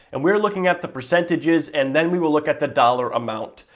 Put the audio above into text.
and we are looking at the percentages and then we will look at the dollar amount.